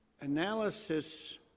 analysis